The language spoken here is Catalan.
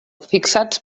fixats